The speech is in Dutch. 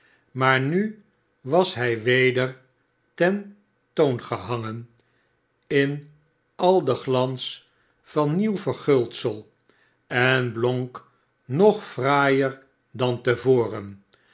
maar nu was hij weder ten toon gehangen in al den glans van nieuw verguldsel en blonk nog fraaier dan te voren